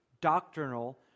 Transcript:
doctrinal